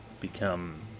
become